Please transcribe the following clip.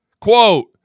Quote